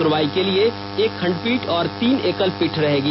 सुनवाई के लिए एक खंडपीठ और तीन एकल पीठ रहेगी